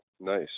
Nice